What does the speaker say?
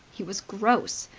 he was gross.